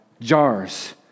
jars